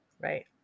Right